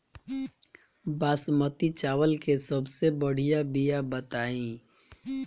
बासमती चावल के सबसे बढ़िया बिया बताई?